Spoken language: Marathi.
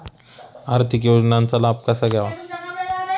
आर्थिक योजनांचा लाभ कसा घ्यावा?